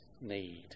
need